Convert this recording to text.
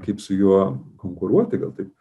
kaip su juo konkuruoti gal taip